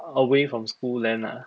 away from school LAN ah